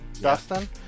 Dustin